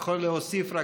אני יכול להוסיף רק,